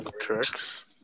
Tricks